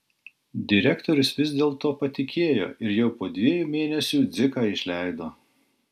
direktorius vis dėl to patikėjo ir jau po dviejų mėnesių dziką išleido